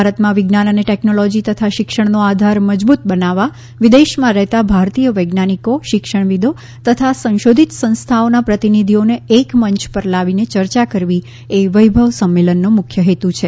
ભારતમાં વિજ્ઞાન અને ટેકનોલોજી તથા શિક્ષણનો આધાર મજબૂત બનાવવા વિદેશમાં રહેતાં ભારતીય વૈજ્ઞાનિકો શિક્ષણવિદો તથા સંશોધીત સંસ્થાઓનાં પ્રતિનિધીઓને એક મંય ઉપર લાવીને ચર્ચા કરવી એ વૈભવ સંમેલનનો મુખ્ય હેતું છે